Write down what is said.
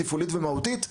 תפעולית ומהותית,